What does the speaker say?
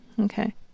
Okay